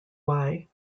why